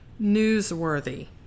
newsworthy